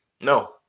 no